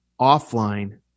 offline